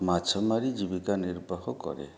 ମାଛ ମାରି ଜୀବିକା ନିର୍ବାହ କରେ